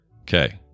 okay